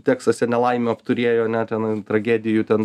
teksase nelaimių apturėjo ane ten tragedijų ten